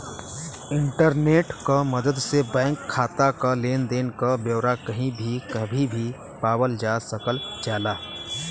internet क मदद से बैंक खाता क लेन देन क ब्यौरा कही भी कभी भी पावल जा सकल जाला